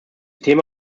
thema